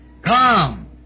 Come